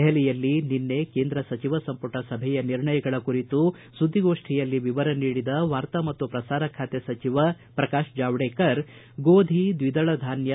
ದೆಹಲಿಯಲ್ಲಿ ನಿನ್ನೆ ಕೇಂದ್ರ ಸಚಿವ ಸಂಪುಟ ಸಭೆಯ ನಿರ್ಣಯಗಳ ಕುರಿತು ಸುದ್ದಿಗೋಷ್ಠಿಯಲ್ಲಿ ವಿವರ ನೀಡಿದ ವಾರ್ತಾ ಮತ್ತು ಪ್ರಸಾರ ಖಾತೆ ಸಚಿವ ಪ್ರಕಾಶ್ ಜಾವಡೇಕರ್ ಗೋಧಿ ದ್ದಿದಳ ಧಾನ್ಯ